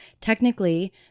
technically